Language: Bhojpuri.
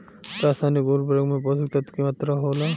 रसायनिक उर्वरक में पोषक तत्व की मात्रा होला?